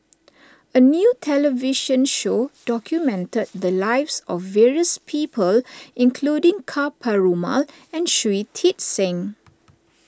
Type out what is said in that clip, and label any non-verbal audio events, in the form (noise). a new television show (noise) documented the lives of various people including Ka Perumal and Shui Tit Sing